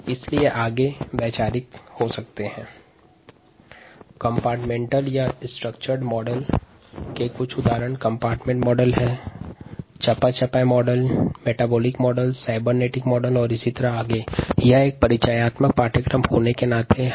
विभागीय और संरचनाकृत मॉडल्स के उदाहरण विभागीय मॉडल चयापचय मॉडल और साइबरनेटिक मॉडल हैं